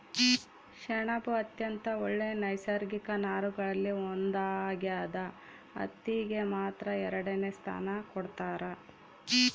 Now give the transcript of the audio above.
ಸೆಣಬು ಅತ್ಯಂತ ಒಳ್ಳೆ ನೈಸರ್ಗಿಕ ನಾರುಗಳಲ್ಲಿ ಒಂದಾಗ್ಯದ ಹತ್ತಿಗೆ ಮಾತ್ರ ಎರಡನೆ ಸ್ಥಾನ ಕೊಡ್ತಾರ